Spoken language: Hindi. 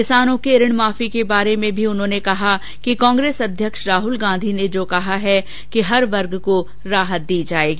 किसानों के ऋण माफी के बारे में भी उन्होंने कहा कि कांग्रेस अध्यक्ष राहुल गांधी ने जो कहा है कि हर वर्ग को राहत दी जायेगी